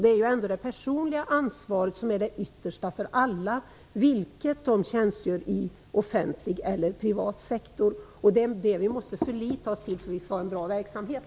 Det är ändå det personliga ansvaret som är det yttersta för alla, oavsett om de tjänstgör i offentlig eller privat sektor. Det är det vi måste förlita oss till om vi skall ha en bra verksamhet.